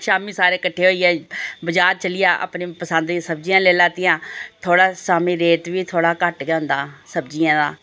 शामीं सारे किट्ठे होइयै बजार चली जा अपनी पसंद दियां सब्जियां लेई लैतियां थोह्ड़ा शामीं रेट बी थोह्ड़ा घट्ट गै होंदा सब्जियें दा